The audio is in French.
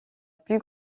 plus